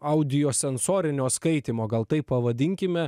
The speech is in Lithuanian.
audio sensorinio skaitymo gal taip pavadinkime